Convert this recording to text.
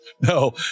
No